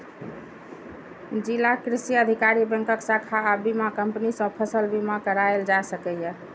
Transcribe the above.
जिलाक कृषि अधिकारी, बैंकक शाखा आ बीमा कंपनी सं फसल बीमा कराएल जा सकैए